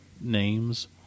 names